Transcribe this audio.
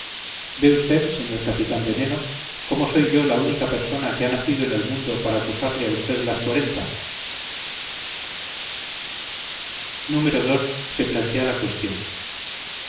ve usted señor capitán veneno cómo soy yo la única persona que ha nacido en el mundo para acusarle a usted las cuarenta ii se plantea la cuestión